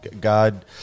God